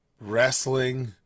wrestling